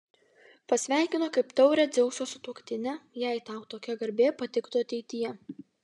pasveikino kaip taurią dzeuso sutuoktinę jei tau tokia garbė patiktų ateityje